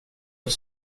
att